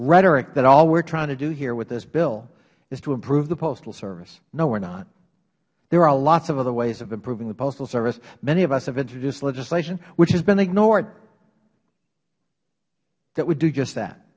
rhetoric that all we are trying to do here with this bill is to improve the postal service no we are not there are lots of other ways of improving the postal service many of us have introduced legislation which has been ignored that would do just that